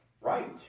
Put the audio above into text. right